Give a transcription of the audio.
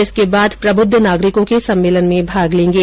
इसके बाद प्रबुद्ध नागरिकों के सम्मेलन में भाग लेंगे